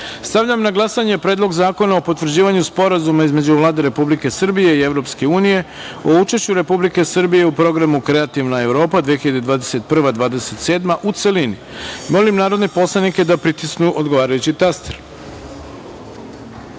na glasanje Predlog zakona o potvrđivanju Sporazuma između Vlade Republike Srbije i Evropske unije o učešću Republike Srbije u programu Kreativna Evropa (2021-2027), u celini. Molim narodne poslanike da pritisnu odgovarajući